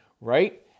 right